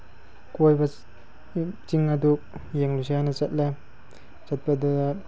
ꯀꯣꯏꯕ ꯆꯤꯡ ꯑꯗꯨ ꯌꯦꯡꯂꯨꯁꯤ ꯍꯥꯏꯅ ꯆꯠꯂꯦ ꯆꯠꯄꯗꯨꯗ